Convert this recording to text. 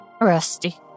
Rusty